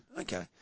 Okay